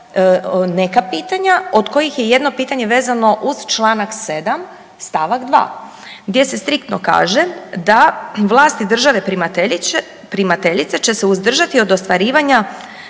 neka pitanja, od kojih je jedno pitanje vezano uz članak 7. stavak 2. gdje se striktno kaže da vlasti države primateljice će se uzdržati od ostvarivanja